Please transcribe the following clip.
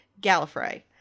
Gallifrey